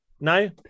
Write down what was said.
No